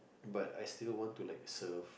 but I still want to like serve